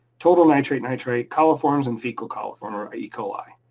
total nitrate, nitrate, coliforms and faecal coliform or e. coli.